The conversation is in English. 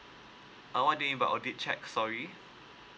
uh what do you mean by audit check sorry